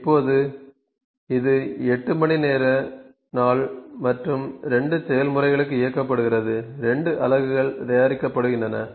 இப்போது இது 8 மணி நேர நாள் மற்றும் 2 செயல்முறைகளுக்கு இயக்கப்படுகிறது 2 அலகுகள் தயாரிக்கப்படுகின்றன